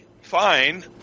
fine